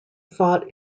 fought